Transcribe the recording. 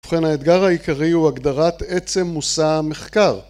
ובכן האתגר העיקרי הוא הגדרת עצם מושא המחקר